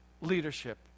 leadership